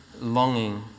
longing